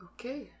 Okay